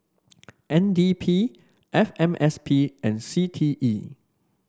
N D P F M S P and C T E